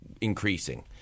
increasing